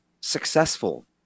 successful